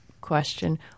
question